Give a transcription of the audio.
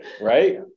right